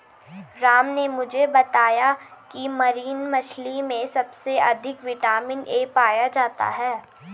राम ने मुझे बताया की मरीन मछली में सबसे अधिक विटामिन ए पाया जाता है